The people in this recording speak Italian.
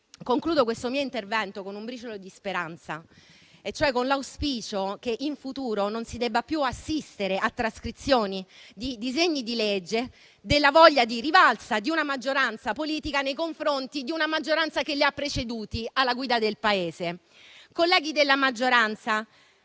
concludo questo mio intervento con un briciolo di speranza e cioè con l'auspicio che in futuro non si debba più assistere alla trascrizione nei disegni di legge della voglia di rivalsa di una maggioranza politica nei confronti di un'altra maggioranza che li ha preceduti alla guida del Paese. Colleghi della maggioranza,